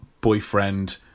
boyfriend